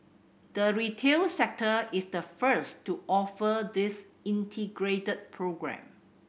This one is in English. the retail sector is the first to offer this integrated programme